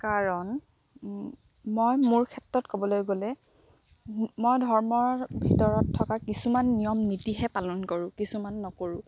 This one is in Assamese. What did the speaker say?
কাৰণ মই মোৰ ক্ষেত্ৰত ক'বলৈ গ'লে মই ধৰ্মৰ ভিতৰত থকা কিছুমান নিয়ম নীতিহে পালন কৰোঁ কিছুমান নকৰোঁ